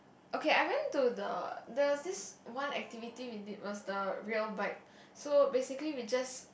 okay I went to the there was this one activity we did was the rail bike so basically we just